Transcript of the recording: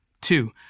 Two